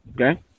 Okay